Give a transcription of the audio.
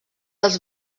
els